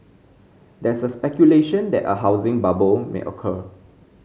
there is speculation that a housing bubble may occur